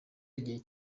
igihe